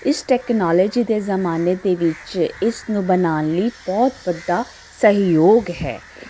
ਇਸ ਟੈਕਨੋਲੋਜੀ ਦੇ ਜ਼ਮਾਨੇ ਦੇ ਵਿੱਚ ਇਸ ਨੂੰ ਬਣਾਉਣ ਲਈ ਬਹੁਤ ਵੱਡਾ ਸਹਿਯੋਗ ਹੈ